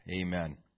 Amen